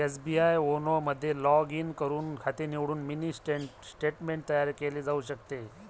SBI YONO मध्ये log in करून खाते निवडून मिनी स्टेटमेंट तयार केले जाऊ शकते